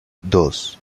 dos